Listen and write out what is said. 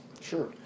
Sure